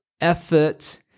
effort